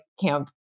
camp